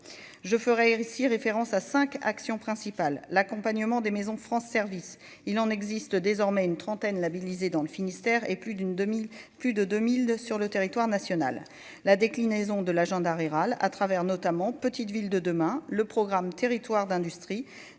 je ferais ici référence à 5 actions principales, l'accompagnement des Maisons France service il en existe désormais une trentaine labellisés dans le Finistère et plus d'une 2000 plus de 2000 sur le territoire national, la déclinaison de l'agenda rural à travers notamment Petites Villes de demain, le programme territoires d'industrie,